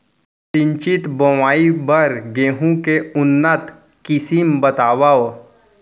सिंचित बोआई बर गेहूँ के उन्नत किसिम बतावव?